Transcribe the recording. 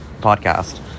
podcast